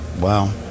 Wow